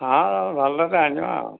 ହଁ ଭଲଟା ଆଣିବା ଆଉ